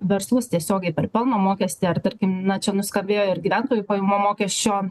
verslus tiesiogiai per pelno mokestį ar tarkim na čia nuskambėjo ir gyventojų pajamų mokesčio